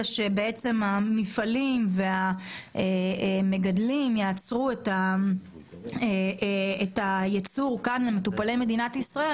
שבעצם המפעלים והמגדלים יעצרו את הייצור כאן למטופלי מדינת ישראל,